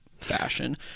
fashion